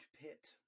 pit